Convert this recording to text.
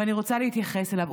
ואני רוצה להתייחס אליו.